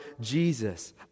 Jesus